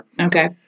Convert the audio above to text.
Okay